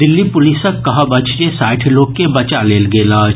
दिल्ली पुलिसक कहब अछि जे साठि लोक के बचा लेल गेल अछि